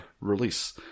release